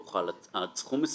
לא חל עד סכום מסוים.